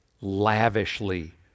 lavishly